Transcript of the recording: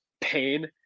pain